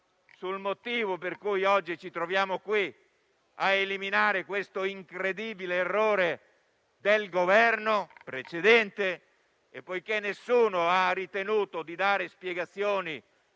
sul motivo per cui oggi ci troviamo qui a eliminare questo incredibile errore del Governo precedente e poiché nessuno ha ritenuto di dare spiegazioni